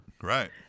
Right